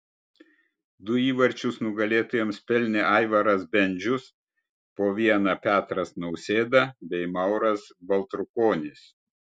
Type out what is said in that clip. du įvarčius nugalėtojams pelnė aivaras bendžius po vieną petras nausėda bei mauras baltrukonis